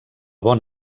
bon